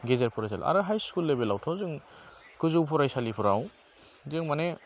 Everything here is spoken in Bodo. गेजेर फरायसालियाव आरो हाइ स्कुल लेभेलावथ' जों गोजौ फरायसालिफोराव जों माने